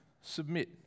submit